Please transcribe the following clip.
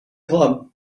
club